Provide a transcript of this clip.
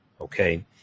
Okay